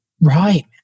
Right